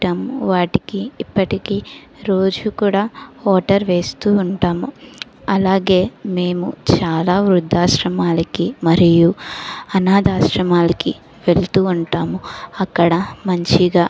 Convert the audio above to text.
వాటికి ఇప్పటికీ రోజు కూడా వాటర్ వేస్తూ ఉంటాము అలాగే మేము చాలా వృద్ధాశ్రమానికి మరియు అనాధాశ్రమాలకి వెళ్తూ ఉంటాము అక్కడ మంచిగా